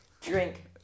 Drink